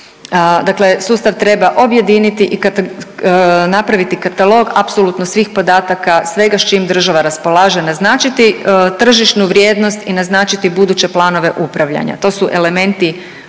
Dakle, sustav treba objediniti i napraviti katalog apsolutno svih podataka, svega s čim država raspolaže, naznačiti tržišnu vrijednost i naznačiti buduće planove upravljanja. To su elementi